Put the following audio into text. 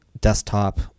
desktop